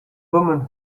woman